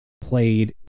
Played